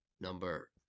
number